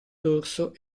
dorso